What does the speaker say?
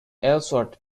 ellsworth